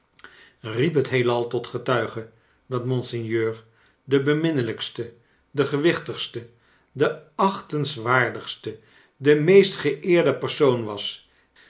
riep het heelal tot getuige dat monseigneur de beminnelijkste de gewichtigste de aclitenswaardigste de incest g eerde persoon was